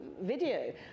video